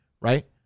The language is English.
right